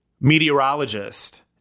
meteorologist